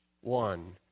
one